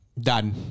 Done